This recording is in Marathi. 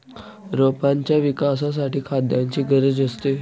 रोपांच्या विकासासाठी खाद्याची गरज असते